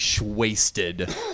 wasted